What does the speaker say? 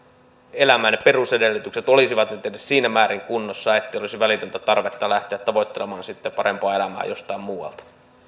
elämän perusedellytykset olisivat nyt edes siinä määrin kunnossa ettei olisi välitöntä tarvetta lähteä tavoittelemaan parempaa elämää jostain muualta